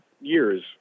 years